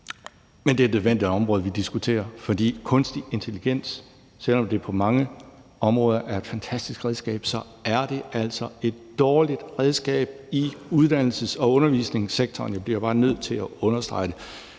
Men det er et nødvendigt område at diskutere, for kunstig intelligens er altså, selv om det på mange områder er et fantastisk redskab, et dårligt redskab i uddannelses- og undervisningssektoren. Det bliver jeg bare nødt til at understrege. Det